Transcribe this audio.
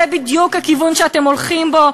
זה בדיוק הכיוון שאתם הולכים בו.